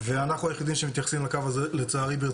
ואנחנו היחידים לצערי שמתייחסים לקו הזה ברצינות.